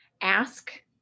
ask